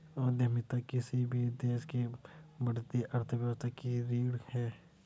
उद्यमिता किसी भी देश की बढ़ती अर्थव्यवस्था की रीढ़ है